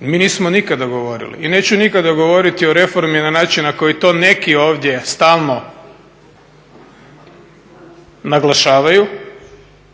mi nismo nikada govorili i neću nikada govoriti o reformi na način na koji to neki ovdje stalno naglašavaju,